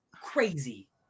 crazy